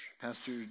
Pastor